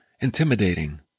intimidating